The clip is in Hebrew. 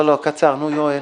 קצר לרביזיה.